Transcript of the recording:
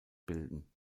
bilden